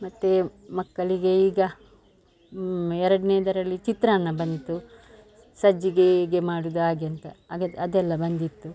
ಮತ್ತು ಮಕ್ಕಳಿಗೆ ಈಗ ಎರಡನೇದರಲ್ಲಿ ಚಿತ್ರಾನ್ನ ಬಂತು ಸಜ್ಜಿಗೇ ಹೇಗೆ ಮಾಡುವುದು ಹಾಗೆ ಅಂತ ಅದು ಅದೆಲ್ಲಾ ಬಂದಿತ್ತು